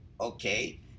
Okay